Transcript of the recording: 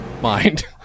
mind